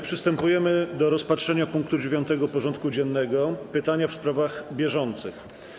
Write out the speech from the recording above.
Przystępujemy do rozpatrzenia punktu 9. porządku dziennego: Pytania w sprawach bieżących.